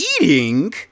eating